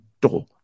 door